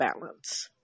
balance